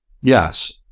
Yes